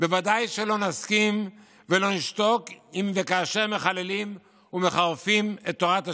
בוודאי שלא נסכים ולא נשתוק אם וכאשר מחללים ומחרפים את תורת ה'